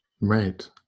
Right